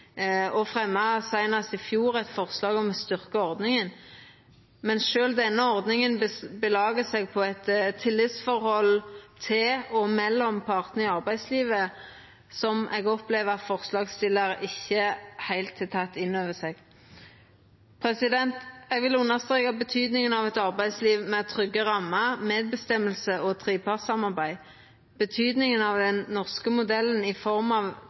og fremja seinast i fjor eit forslag om å styrkja ordninga, men sjølv denne ordninga belagar seg på eit tillitsforhold til og mellom partane i arbeidslivet som eg opplever at forslagsstillarane ikkje heilt har teke inn over seg. Eg vil understreka betydninga av eit arbeidsliv med trygge rammer, medbestemming og trepartssamarbeid. Betydninga av den norske modellen i form av